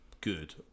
good